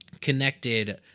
connected